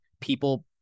people